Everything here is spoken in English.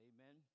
Amen